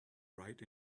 right